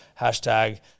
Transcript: hashtag